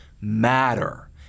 matter